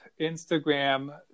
Instagram